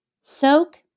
Soak